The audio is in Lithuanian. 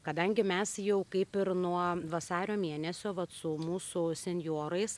kadangi mes jau kaip ir nuo vasario mėnesio vat su mūsų senjorais